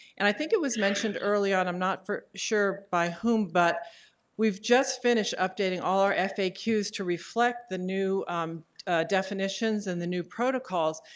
and i think it was mentioned early-on, i'm not sure by whom, but we've just finished updating all our faqs to reflect the new definitions and the new protocols.